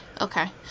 okay